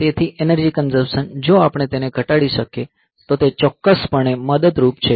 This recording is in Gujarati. તેથી એનર્જી કંઝપશન જો આપણે તેને ઘટાડી શકીએ તો તે ચોક્કસપણે મદદરૂપ છે